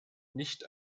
nicht